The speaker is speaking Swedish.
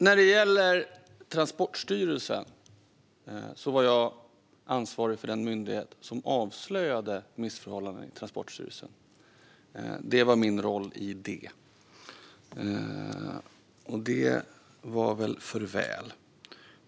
När det gäller Transportstyrelsen var jag ansvarig för den myndighet som avslöjade missförhållandena. Det var min roll i det. Det var väl för väl.